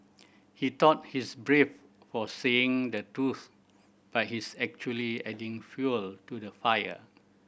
he thought he's brave for saying the truth but he's actually adding fuel to the fire